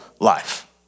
life